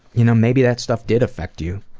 you know maybe that stuff did affect you.